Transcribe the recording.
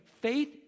faith